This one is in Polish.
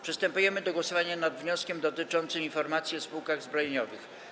Przystępujemy do głosowania nad wnioskiem dotyczącym informacji o spółkach zbrojeniowych.